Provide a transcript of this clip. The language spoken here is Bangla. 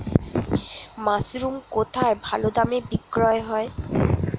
মাসরুম কেথায় ভালোদামে বিক্রয় হয়?